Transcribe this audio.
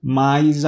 mas